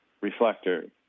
reflector